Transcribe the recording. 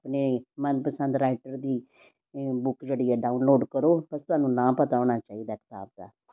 ਆਪਣੇ ਮਨਪਸੰਦ ਰਾਈਟਰ ਦੀ ਬੁੱਕ ਜਿਹੜੀ ਡਾਊਨਲੋਡ ਕਰੋ ਬਸ ਤੁਹਾਨੂੰ ਨਾਮ ਪਤਾ ਹੋਣਾ ਚਾਹੀਦਾ ਕਿਤਾਬ ਦਾ